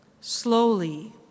slowly